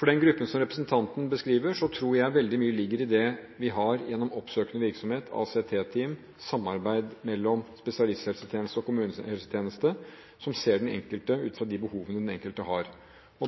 For den gruppen som representanten beskriver, tror jeg veldig mye ligger i det vi har gjennom oppsøkende virksomhet, ACT-team, samarbeid mellom spesialisthelsetjeneste og kommunehelsetjeneste – som ser den enkelte ut fra de behovene den enkelte har.